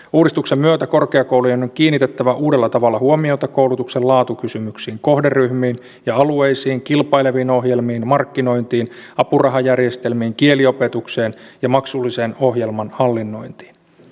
uudistuksen myötä korkeakoulujen on kiinnitettävä uudella tavalla huomiota koulutuksen laatukysymyksiin kohderyhmiin ja alueisiin kilpaileviin ohjelmiin markkinointiin apurahajärjestelmiin kieliopetukseen ja maksullisen ohjelman hallinnointiin